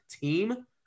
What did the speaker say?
team